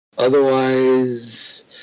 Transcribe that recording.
Otherwise